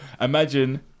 imagine